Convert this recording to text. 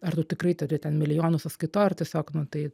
ar tu tikrai turi ten milijonus sąskaitoj ir tiesiog nu tai